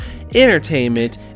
entertainment